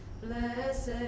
Blessed